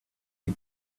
you